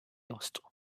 lost